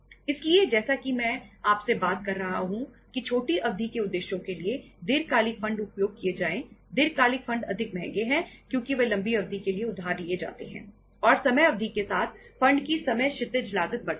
इसलिए जैसा कि मैं आपसे बात कर रहा हूं कि छोटी अवधि के उद्देश्यों के लिए दीर्घकालिक फंड उपयोग किए जाए दीर्घकालिक फंड अधिक महंगे हैं क्योंकि वे लंबी अवधि के लिए उधार लिए जाते हैं और समय अवधि के साथ फंड की समय क्षितिज लागत बढ़ती है